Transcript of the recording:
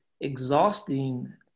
exhausting